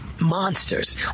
monsters